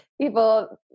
people